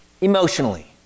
Emotionally